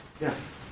yes